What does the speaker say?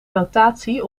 notatie